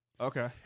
Okay